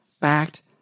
backed